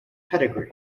pedigree